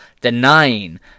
denying